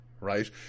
right